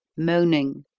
moaning,